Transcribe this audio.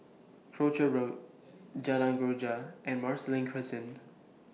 Croucher Road Jalan Greja and Marsiling Crescent